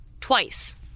twice